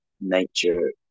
nature